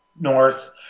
North